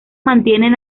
mantienen